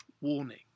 warning